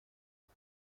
بهم